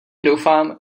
doufám